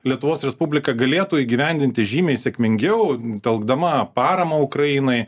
lietuvos respublika galėtų įgyvendinti žymiai sėkmingiau telkdama paramą ukrainai